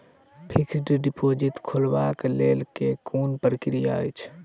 Fixed deposit खोलबाक लेल केँ कुन प्रक्रिया अछि?